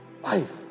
life